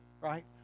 Right